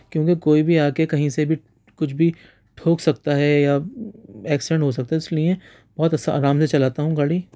کیونکہ کوئی بھی آ کے کہیں سے بھی کچھ بھی ٹھوک سکتا ہے یا ایکسڈنٹ ہو سکتا ہے اس لئے بہت اس آرام سے چلاتا ہوں گاڑی